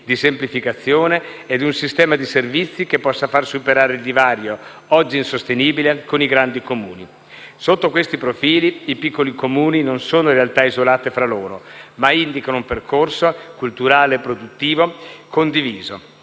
di semplificazione ed un sistema di servizi che possa far superare il divario, oggi insostenibile, con i grandi Comuni. Sotto questi profili, i piccoli Comuni non sono realtà isolate tra loro, ma indicano un percorso, culturale e produttivo, condiviso.